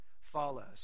follows